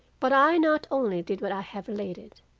but i not only did what i have related,